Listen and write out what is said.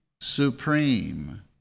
supreme